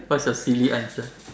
what is your silly answer